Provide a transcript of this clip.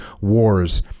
wars